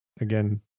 again